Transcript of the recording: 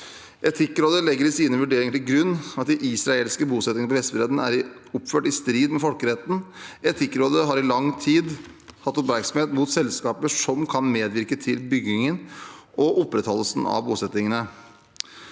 Etikkrådet legger i sine vurderinger til grunn at de israelske bosettingene på Vestbredden er oppført i strid med folkeretten. Etikkrådet har i lang tid hatt oppmerksomhet mot selskaper som kan medvirke til byggingen og opprettholdelsen av bosettingene.